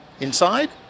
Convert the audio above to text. Inside